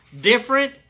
different